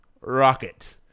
rocket